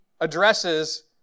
addresses